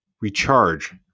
recharge